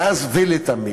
מאז ולתמיד.